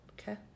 Okay